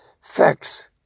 facts